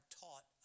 taught